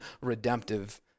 redemptive